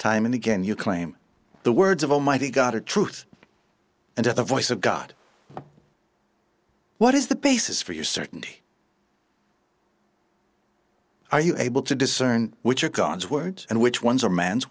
time and again you claim the words of almighty god are truth and the voice of god what is the basis for your certainty are you able to discern which are god's words and which ones are man's